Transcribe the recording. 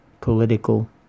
political